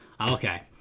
okay